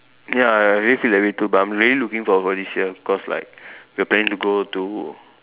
ya I really feel that way too but I'm really looking forward for this year cause like we're planning to go to